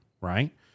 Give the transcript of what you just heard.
right